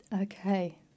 Okay